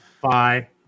Bye